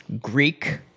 Greek